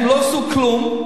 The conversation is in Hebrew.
הם לא עשו כלום,